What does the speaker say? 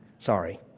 Sorry